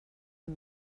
amb